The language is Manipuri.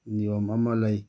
ꯅꯤꯌꯣꯝ ꯑꯃ ꯂꯩ